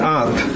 up